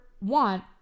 want